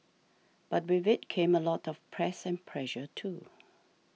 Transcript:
but with it came a lot of press and pressure too